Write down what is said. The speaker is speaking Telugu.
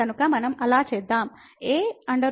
కాబట్టి మనం అలా చేద్దాం